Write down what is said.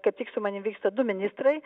kaip tik su manim vyksta du ministrai